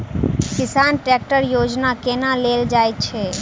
किसान ट्रैकटर योजना केना लेल जाय छै?